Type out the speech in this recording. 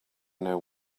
know